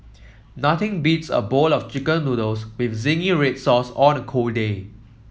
nothing beats a bowl of chicken noodles with zingy red sauce on a cold day